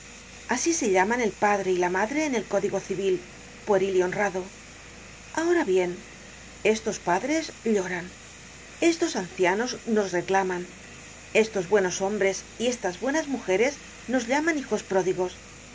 asi se llaman el padre y la madre en el código civil pueril y honrado ahora bien estos padres lloran estos ancianos nos reclaman estos buenos hombres y estas buenas mujeres nos llaman hijos pródigos